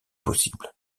possibles